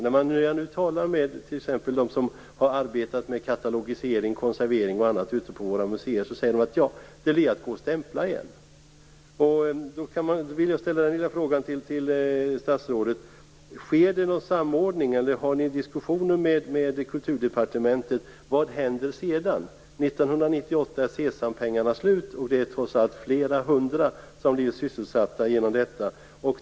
När man talar t.ex. med dem som har arbetat med exempelvis katalogisering och konservering ute på våra muséer får man höra: Ja, det blir väl till att gå och stämpla igen. Sker det någon samordning eller har ni diskussioner med Kulturdepartementet om vad som händer sedan? 1998 är ju SESAM-pengarna slut. Trots allt har flera hundra personer blivit sysselsatta genom detta projekt.